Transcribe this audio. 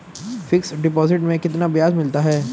Fix deposit में कितना ब्याज मिलता है?